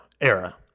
era